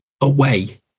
away